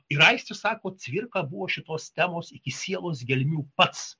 ir aistis sako cvirka buvo šitos temos iki sielos gelmių pats